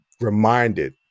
reminded